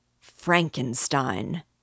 Frankenstein